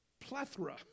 plethora